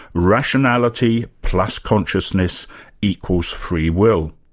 rationality plus consciousness equal free will.